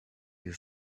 your